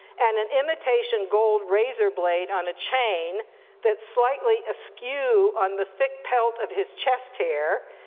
and an imitation gold razor blade on a chain that's slightly askew on the thick pelt of his chest hair.